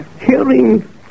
Hearing